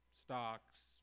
stocks